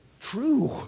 true